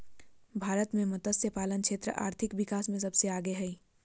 भारत मे मतस्यपालन क्षेत्र आर्थिक विकास मे सबसे आगे हइ